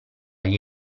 gli